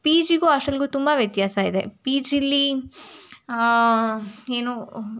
P ಜಿಗೂ ಹಾಸ್ಟೆಲ್ಗೂ ತುಂಬ ವ್ಯತ್ಯಾಸ ಇದೆ ಪಿ ಜಿಲಿ ಏನು